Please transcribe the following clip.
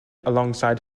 alongside